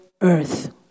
earth